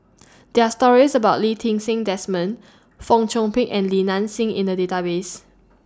there're stories about Lee Ti Seng Desmond Fong Chong Pik and Li Nanxing in The Database